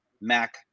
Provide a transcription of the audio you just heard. Mac